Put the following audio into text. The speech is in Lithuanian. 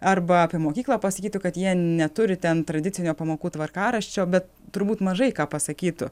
arba apie mokyklą pasakytų kad jie neturi ten tradicinio pamokų tvarkaraščio bet turbūt mažai ką pasakytų